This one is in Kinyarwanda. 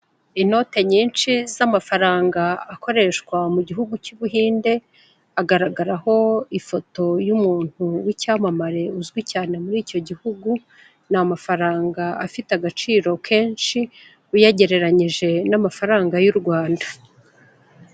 Inote nyinshi z'amafaranga akoreshwa mu gihugu cy'Ubuhinde, hagaragaraho ifoto y'umuntu w'icyamamare, uzwi cyane muri icyo gihugu, ni amafaranga afite agaciro kenshi uyagereranyije n'amafaranga y'u Rwanda.